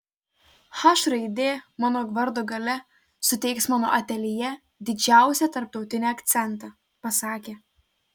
h raidė mano vardo gale suteiks mano ateljė didžiausią tarptautinį akcentą pasakė